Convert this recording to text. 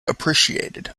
appreciated